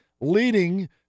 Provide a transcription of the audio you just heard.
leading